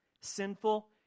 sinful